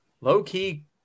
low-key